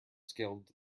scaled